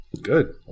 good